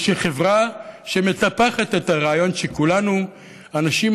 ושחברה שמטפחת את הרעיון שכולנו אנשים